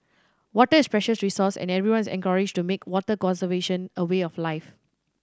water is precious resource and everyone is encouraged to make water conservation a way of life